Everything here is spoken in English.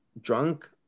drunk